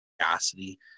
curiosity